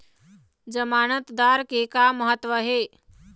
जमानतदार के का महत्व हे?